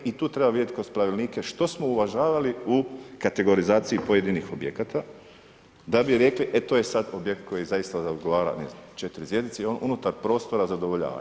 I tu treba vidjeti kroz pravilnike što smo uvažavali u kategorizaciji pojedinih objekata, da bi rekli, e to je sad objekt koji zaista odgovara, ne znam, četiri zvjezdice i on unutar prostora zadovoljava.